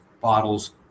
bottles